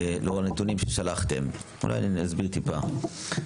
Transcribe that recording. לאור הנתונים ששלחתם אולי אני אסביר טיפה.